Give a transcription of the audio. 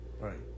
Right